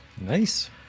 Nice